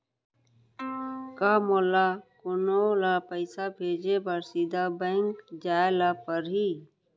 का मोला कोनो ल पइसा भेजे बर सीधा बैंक जाय ला परही?